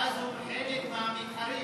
אז הוא אחד המתחרים.